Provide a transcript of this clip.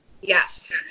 Yes